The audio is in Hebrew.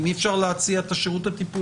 אם אי אפשר להציע את השירות הטיפולי,